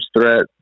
threat